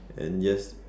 and yes